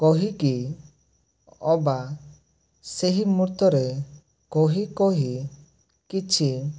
କହିକି ଅବା ସେଇ ମୁର୍ତରେ କହି କହି କିଛି